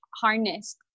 harness